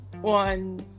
one